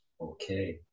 Okay